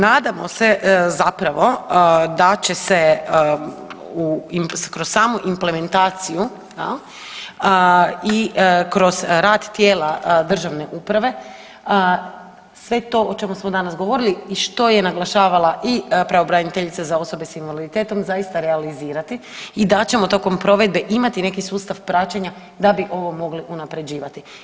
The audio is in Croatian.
Nadamo se zapravo da će se u, kroz samu implementaciju, je li, i kroz rad tijela državne uprave, sve to o čemu smo danas govorili i što je naglašavala i pravobraniteljica za osobe s invaliditetom, zaista realizirati i da ćemo tokom provedbe imati neki sustav praćenja da bi ovo mogli unaprjeđivati.